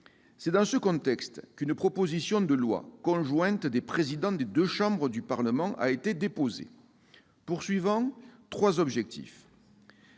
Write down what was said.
C'est dans ce contexte qu'une proposition de loi conjointe des présidents des deux chambres du Parlement a été déposée, visant trois objectifs